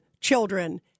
children